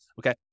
Okay